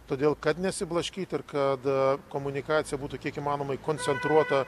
todėl kad nesiblaškyt ir kad komunikacija būtų kiek įmanomai koncentruota